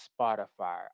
Spotify